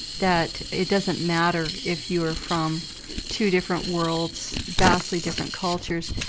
that it doesn't matter if you are from two different worlds, vastly different cultures,